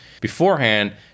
beforehand